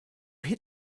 hit